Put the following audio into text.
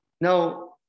Now